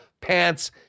pants